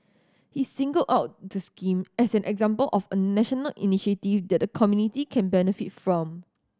he singled out the scheme as an example of a national initiative that the community can benefit from